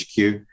HQ